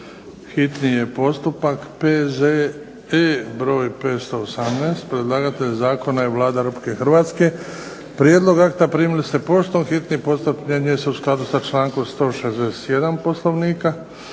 čitanje, P.Z.E. br. 518. Predlagatelj zakona je Vlada Republike Hrvatske. Prijedlog akta primili ste poštom. Hitni postupak primjenjuje se u skladu sa člankom 161. Poslovnika.